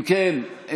אם כן,